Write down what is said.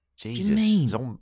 jesus